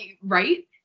Right